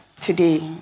today